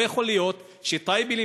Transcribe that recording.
לא יכול להיות שטייבה,